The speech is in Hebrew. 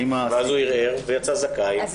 ואז הוא ערער ויצא זכאי,